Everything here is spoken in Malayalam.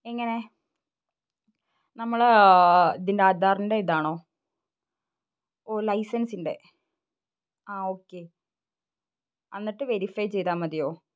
എങ്ങനെ നമ്മൾ ഇതിൻ്റെ ആധാറിൻ്റെ ഇതാണോ ഓ ലൈസൻസിൻ്റെ ആ ഓക്കെ എന്നിട്ട് വെരിഫൈ ചെയ്താൽ മതിയോ